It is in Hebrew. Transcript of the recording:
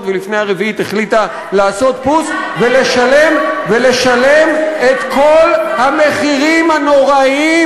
ולפני הרביעית החליטה לעשות "פוס" ולשלם את כל המחירים הנוראיים